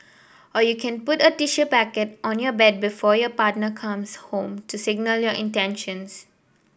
or you can put a tissue packet on your bed before your partner comes home to signal your intentions